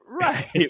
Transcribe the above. Right